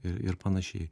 ir ir panašiai